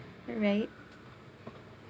right